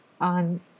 on